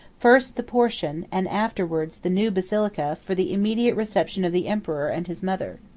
first, the portian, and afterwards, the new, basilica, for the immediate reception of the emperor and his mother.